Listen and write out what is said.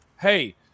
Hey